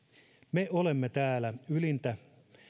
me olemme täällä ylintä